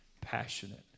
passionate